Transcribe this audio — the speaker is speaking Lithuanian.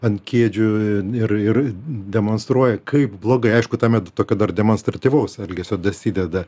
ant kėdžių ir ir demonstruoja kaip blogai aišku tuomet tokio dar demonstratyvaus elgesio dasideda